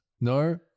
no